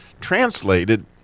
translated